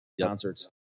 concerts